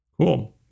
cool